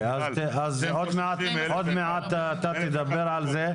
עוד מעט אתה תדבר על זה.